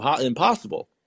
impossible